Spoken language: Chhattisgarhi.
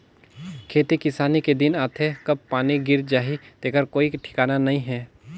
खेती किसानी के दिन आथे कब पानी गिर जाही तेखर कोई ठिकाना नइ हे